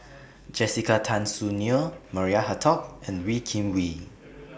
Jessica Tan Soon Neo Maria Hertogh and Wee Kim Wee